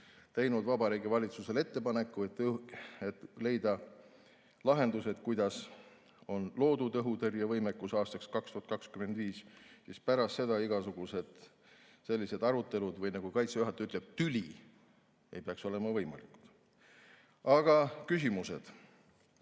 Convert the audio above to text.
teinud Vabariigi Valitsusele ettepaneku, et leida lahendused, kuidas on loodud õhutõrjevõimekus aastaks 2025, siis pärast seda ei peaks igasugused sellised arutelud, või nagu Kaitseväe juhataja ütleb, sellised tülid olema võimalikud. Aga küsimused.